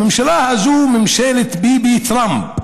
הממשלה הזו, ממשלת ביבי-טראמפ,